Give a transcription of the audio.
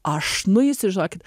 aš nueisiu žinokit